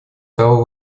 стала